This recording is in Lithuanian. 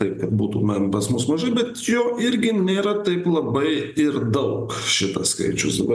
taip kad būtų man pas mus mažai bet jau irgi nėra taip labai ir daug šitas skaičius dabar